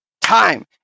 time